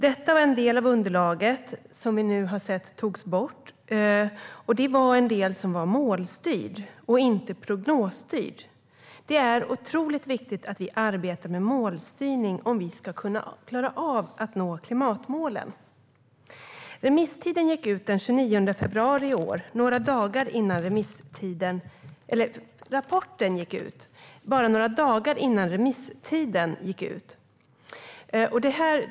Detta var den del av underlaget som togs bort och som var målstyrd och inte prognosstyrd. Det är otroligt viktigt att vi arbetar med målstyrning om vi ska klara av att nå klimatmålen. Rapporten publicerades bara några dagar innan remisstiden gick ut den 29 februari i år.